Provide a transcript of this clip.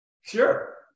Sure